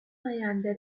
آینده